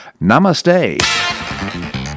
Namaste